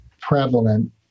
prevalent